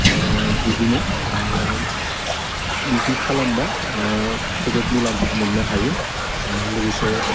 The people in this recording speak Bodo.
बिदिनो बिदि खालामबा जोबोद मुलाम्फा मोननो हायो लोगोसे